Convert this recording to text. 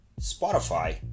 Spotify